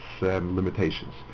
limitations